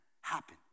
happen